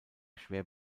schwer